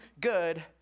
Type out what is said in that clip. good